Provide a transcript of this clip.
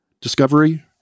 Discovery